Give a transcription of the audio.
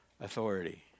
authority